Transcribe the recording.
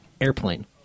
Airplane